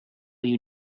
you